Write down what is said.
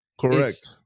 Correct